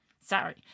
Sorry